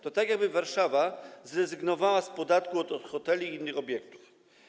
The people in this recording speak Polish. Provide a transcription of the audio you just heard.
To tak, jakby Warszawa zrezygnowała z podatku od hoteli i innych obiektów.